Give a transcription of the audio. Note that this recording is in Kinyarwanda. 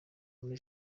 muri